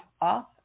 off